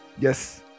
yes